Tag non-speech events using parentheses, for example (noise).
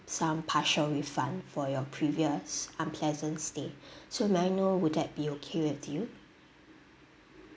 some partial refund for your previous unpleasant stay (breath) so may I know would that be okay with you